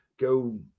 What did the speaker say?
go